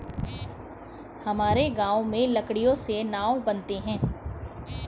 हमारे गांव में लकड़ियों से नाव बनते हैं